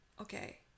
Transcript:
Okay